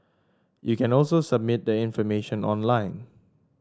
you can also submit the information online